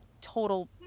total